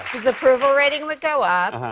his approval rating would go up.